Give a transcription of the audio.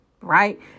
Right